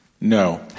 No